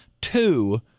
two